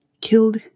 killed